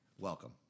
Welcome